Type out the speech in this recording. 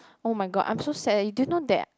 oh-my-god I'm so sad eh you didn't know that